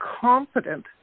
confident